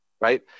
right